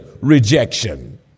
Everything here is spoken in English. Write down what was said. rejection